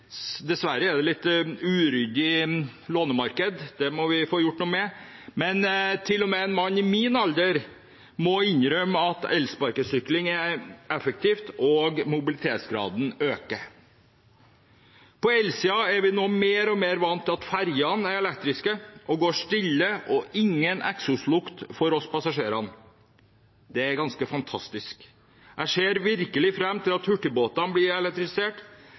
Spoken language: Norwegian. tilgjengelig. Dessverre er det et litt uryddig lånemarked, det må vi få gjort noe med, men til og med en mann i min alder må innrømme at elsparkesykling er effektivt, og mobilitetsgraden øker. På elsiden er vi nå mer og mer vant til at ferjene er elektriske og går stille, og det er ingen eksoslukt for oss passasjerer. Det er ganske fantastisk. Jeg ser virkelig fram til at hurtigbåtene blir elektrifisert.